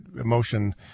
emotion